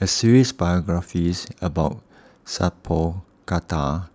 a series biographies about Sat Pal Khattar